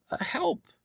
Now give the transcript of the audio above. help